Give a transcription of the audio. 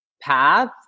path